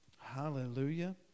Hallelujah